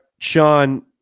Sean